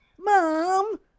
Mom